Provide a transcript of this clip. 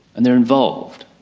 and they're involved.